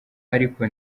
ariko